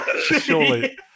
Surely